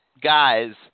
guys